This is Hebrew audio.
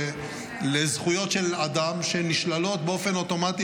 לזכויות של אדם שנשללות באופן אוטומטי,